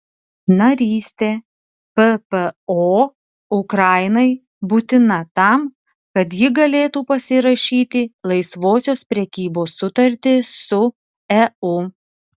narystė ppo ukrainai būtina tam kad ji galėtų pasirašyti laisvosios prekybos sutartį su eu